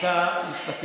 באמת.